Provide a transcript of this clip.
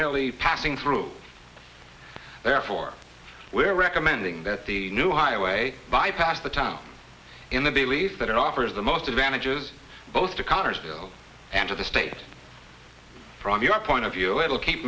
merely passing through therefore we are recommending that the new highway bypass the town in the belief that it offers the most advantages both to connersville and to the state from your point of view it will keep